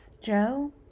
Joe